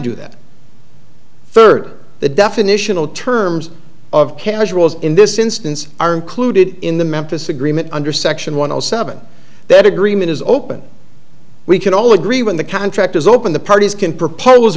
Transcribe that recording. do that third the definitional terms of casuals in this instance are included in the memphis agreement under section one hundred seven that agreement is open we can all agree when the contract is open the parties can propose